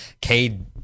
Cade